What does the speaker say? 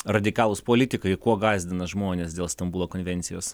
radikalūs politikai kuo gąsdina žmones dėl stambulo konvencijos